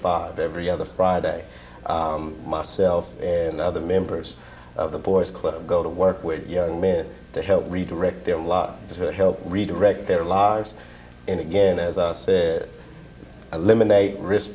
five every other friday myself and other members of the boys club go to work with young men to help redirect their lot to help redirect their lives and again as i say eliminate risk